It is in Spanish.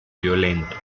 violento